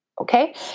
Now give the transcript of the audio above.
Okay